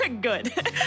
Good